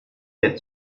der